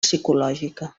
psicològica